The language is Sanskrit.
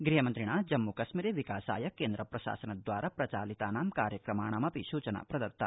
गृहमन्त्रिणा जम्म कश्मीरे विकासाय केन्द्र प्रशासन द्वारा प्रचालितानां कार्यक्रमाणामपि सुचना प्रदत्ता